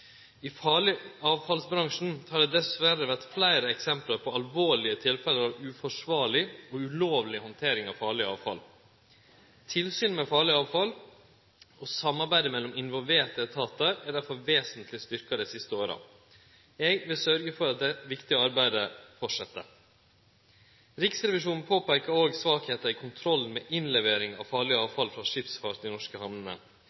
I farleg avfall-bransjen har det dessverre vore fleire eksempel på alvorlege tilfelle av uforsvarleg og ulovleg handtering av farleg avfall. Tilsynet med farleg avfall og samarbeidet mellom involverte etatar er derfor vesentleg styrkt dei siste åra. Eg vil sørgje for at dette viktige arbeidet fortset. Riksrevisjonen peikar òg på svakheiter i kontrollen med innlevering av farleg avfall frå skipsfart i norske hamner.